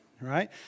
right